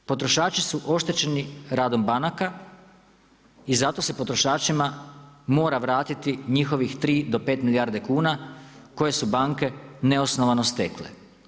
Potrošači su oštećeni radom banaka i zato se potrošačima mora vratiti njihovih 3 do 5 milijardi kuna koje su banke neosnovano stekle.